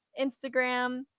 Instagram